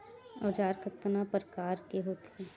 औजार कतना प्रकार के होथे?